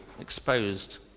exposed